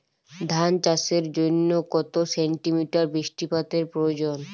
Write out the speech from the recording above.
ধান চাষের জন্য কত সেন্টিমিটার বৃষ্টিপাতের প্রয়োজন?